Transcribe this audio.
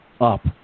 up